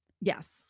Yes